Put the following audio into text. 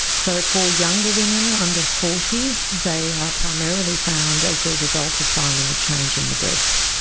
so for younger women under forty they are primarily found as a result of finding a change in the breast.